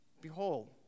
Behold